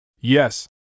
Yes